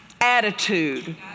attitude